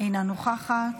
אינה נוכחת,